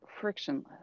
frictionless